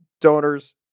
donors